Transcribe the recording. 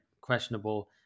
questionable